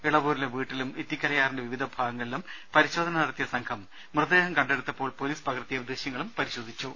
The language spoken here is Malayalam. ഇളവൂരിലെ വീട്ടിലും ഇത്തിക്കരയാറിന്റെ വിവിധ ഭാഗങ്ങളിലും പരിശോധന നടത്തിയ സംഘം മൃതദേഹം കണ്ടെടുത്തപ്പോൾ പോലീസ് പകർത്തിയ ദൃശ്യങ്ങളും പരിശോധിച്ചു